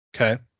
Okay